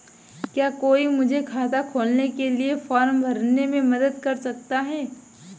क्या कोई मुझे खाता खोलने के लिए फॉर्म भरने में मदद कर सकता है?